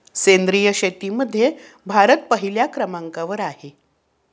सेंद्रिय शेतीमध्ये भारत पहिल्या क्रमांकावर आहे